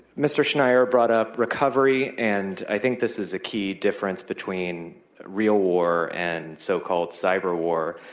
mr. schneier brought up recovery, and i think this is a key difference between real war and so-called cyber war.